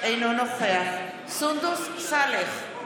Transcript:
אינו נוכח סונדוס סאלח,